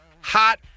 hot